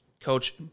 Coach